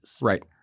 Right